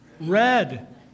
Red